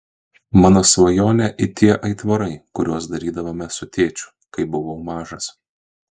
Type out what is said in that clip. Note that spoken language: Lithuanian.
mano svajonė it tie aitvarai kuriuos darydavome su tėčiu kai buvau mažas